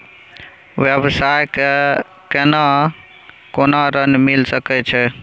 व्यवसाय ले केना कोन ऋन मिल सके छै?